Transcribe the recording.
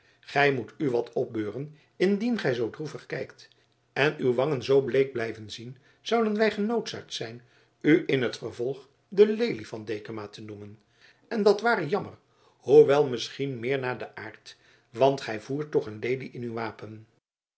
gij moet u wat opbeuren indien gij zoo droevig kijkt en uw wangen zoo bleek blijven zien zouden wij genoodzaakt zijn u in t vervolg de lelie van dekama te noemen en dat ware jammer hoewel misschien meer naar den aard want gij voert toch een lelie in uw wapen